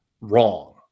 wrong